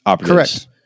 Correct